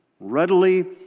readily